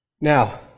Now